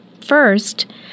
First